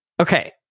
Okay